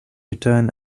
return